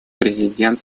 президент